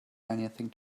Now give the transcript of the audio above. anything